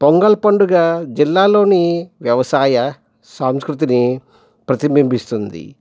పొంగల్ పండుగ జిల్లాలోని వ్యవసాయ సంస్కృతిని ప్రతిబింబిస్తుంది